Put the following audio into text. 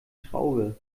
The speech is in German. schraube